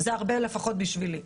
זה הרבה לפחות בשבילי.